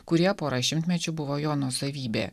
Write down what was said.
kurie pora šimtmečių buvo jo nuosavybė